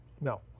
No